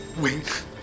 Wait